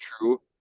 true